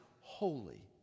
holy